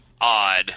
odd